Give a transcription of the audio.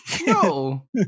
No